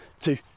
two